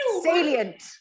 Salient